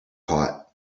hot